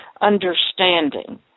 understanding